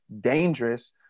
dangerous